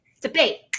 debate